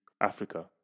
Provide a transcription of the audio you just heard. Africa